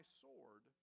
sword